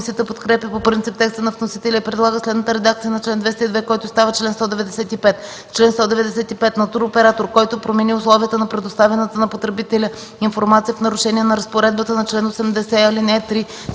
Комисията подкрепя по принцип текста на вносителя и предлага следната редакция на чл. 202, който става чл. 195: „Чл. 195. На туроператор, който промени условията на предоставената на потребителя информация в нарушение на разпоредбата на чл. 80, ал. 3,